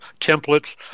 templates